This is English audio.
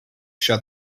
shut